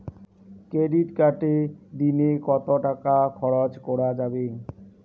Credit কার্ডে দিনে কত টাকা খরচ করা যাবে?